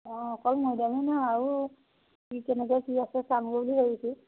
অঁ অকল মৈদামেই নহয় আৰু কি কেনেকৈ কি আছে চামগৈ বুলি ভাবিছোঁ